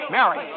Mary